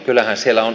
kyllähän siellä on